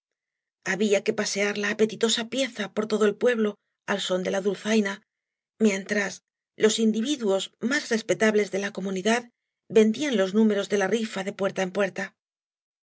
había que pafcear la apetitosa pieza por todo el pueblo al son de la dulzaina mientras los individuos más respetables de la comunidad vendían los números de la rifa de puerta en puerta